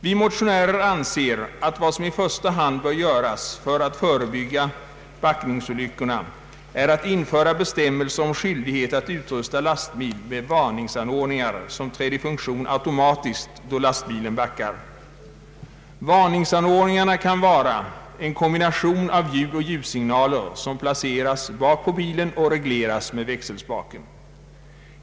Vi motionärer anser att vad som i första hand bör göras för att förebygga backningsolyckorna är att införa en bestämmelse om att utrusta lastbil med varningsanordningar som träder i funktion automatiskt då lastbilen backar. Varningsanordningarna kan vara en kombination av ljudoch ljussignaler placerade bakpå bilen och reglerade av växelspaken.